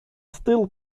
still